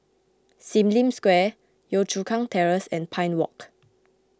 Sim Lim Square Yio Chu Kang Terrace and Pine Walk